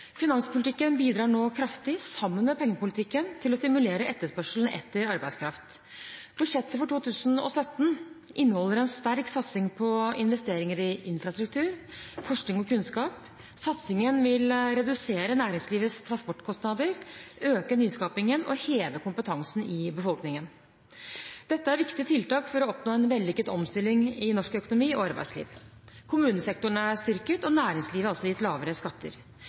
Finanspolitikken bidrar nå kraftig, sammen med pengepolitikken, til å stimulere etterspørselen etter arbeidskraft. Budsjettet for 2017 inneholder en sterk satsing på investeringer i infrastruktur, forskning og kunnskap. Satsingen vil redusere næringslivets transportkostnader, øke nyskapingen og heve kompetansen i befolkningen. Dette er viktige tiltak for å oppnå en vellykket omstilling i norsk økonomi og arbeidsliv. Kommunesektoren er styrket, og næringslivet er gitt lavere skatter.